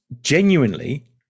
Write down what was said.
genuinely